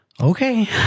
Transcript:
Okay